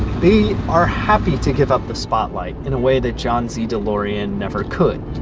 they are happy to give up the spotlight in a way that john z. delorean never could.